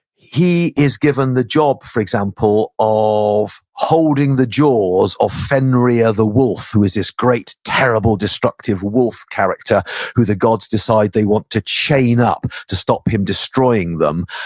he is given the job, for example, of holding the jaws of fenrir the wolf, who is this great terrible destructive wolf character who the gods decide they want to chain up to stop him destroying them.